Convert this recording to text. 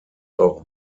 auch